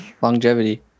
longevity